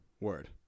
Word